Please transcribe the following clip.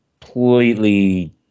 completely